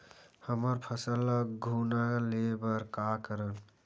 हमर फसल ल घुना ले बर का करन?